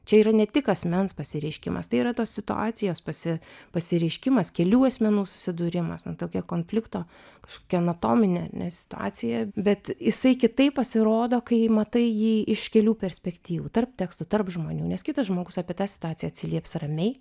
čia yra ne tik asmens pasireiškimas tai yra tos situacijos pasi pasireiškimas kelių asmenų susidūrimas nu tokio konflikto kažkokia anatominė situacija bet jisai kitaip pasirodo kai matai jį iš kelių perspektyvų tarp tekstų tarp žmonių nes kitas žmogus apie tą situaciją atsilieps ramiai